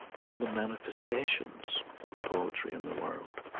all the manifestations of poetry in the world